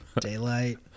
Daylight